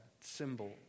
Symbol